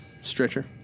stretcher